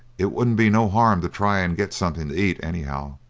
it wouldn't be no harm to try and get somethin' to eat, anyhow.